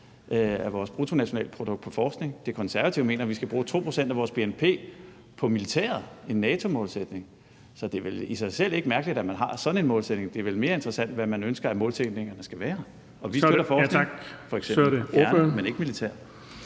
af vores bruttonationalprodukt til forskning. De Konservative mener, at vi skal bruge 2 pct. af vores bnp på militæret, en NATO-målsætning. Så det er vel i sig selv ikke mærkeligt, at man har sådan en målsætning. Det er vel mere interessant, hvad man ønsker at målsætningerne skal være. Og vi støtter f.eks. forskning, men ikke militæret.